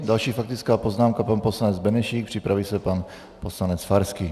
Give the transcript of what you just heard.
Další faktická poznámka, pan poslanec Benešík, připraví se pan poslanec Farský.